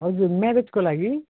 हजुर म्यारेजको लागि